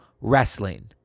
wrestling